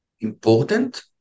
important